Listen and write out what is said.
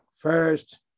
First